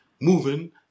moving